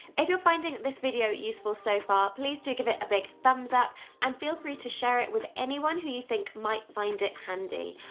if you're finding this video useful so far, please do give it a big thumbs up and feel free to share it with anyone who you think might find it handy!